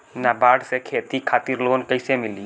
नाबार्ड से खेती खातिर लोन कइसे मिली?